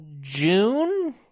June